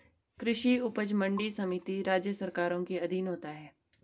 कृषि उपज मंडी समिति राज्य सरकारों के अधीन होता है